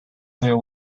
there